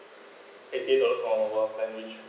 eighty dollars for mobile plan which